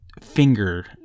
finger